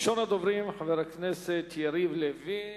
ראשון הדוברים הוא חבר הכנסת יריב לוין,